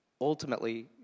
ultimately